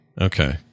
Okay